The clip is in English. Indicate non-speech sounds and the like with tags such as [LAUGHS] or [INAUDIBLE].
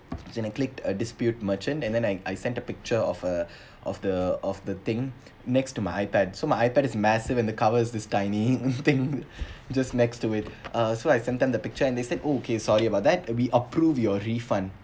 as in it clicked a dispute merchant and then I I send a picture of uh [BREATH] of the of the thing [NOISE] next to my I_pad so my I_pad is massive and the cover is this tiny [LAUGHS] thing just next to it so I sent them the picture and they said okay sorry about that we approve your refund